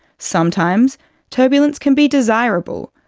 sometimes turbulence can be desirable,